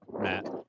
Matt